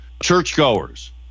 churchgoers